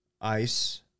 ice